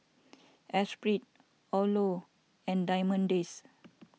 Esprit Odlo and Diamond Days